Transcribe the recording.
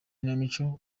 kinamico